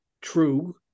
true